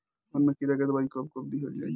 पशुअन मैं कीड़ा के दवाई कब कब दिहल जाई?